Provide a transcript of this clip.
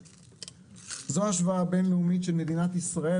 זו השוואה בינלאומית של מדינת ישראל,